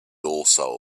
also